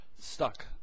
stuck